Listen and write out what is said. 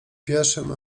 pierwszym